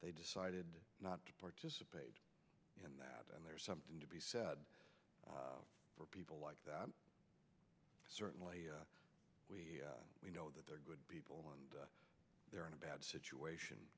they decided not to participate in that and there's something to be said for people like that certainly we know that they're good people and they're in a bad situation